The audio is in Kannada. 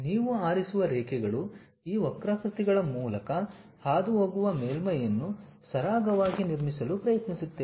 ನೀವು ಆರಿಸುವ ರೇಖೆಗಳು ಈ ವಕ್ರಾಕೃತಿಗಳ ಮೂಲಕ ಹಾದುಹೋಗುವ ಮೇಲ್ಮೈಯನ್ನು ಸರಾಗವಾಗಿ ನಿರ್ಮಿಸಲು ಪ್ರಯತ್ನಿಸುತ್ತೇವೆ